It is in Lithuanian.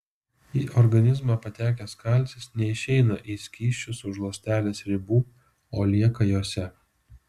į organizmą patekęs kalcis neišeina į skysčius už ląstelės ribų o lieka jose